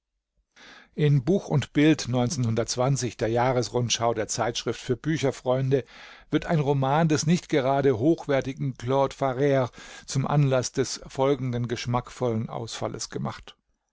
in buch und bild der jahresrundschau der zeitschrift für bücherfreunde wird ein roman des nicht gerade hochwertigen claude farrre zum anlaß des folgenden geschmackvollen ausfalles gemacht